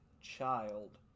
Child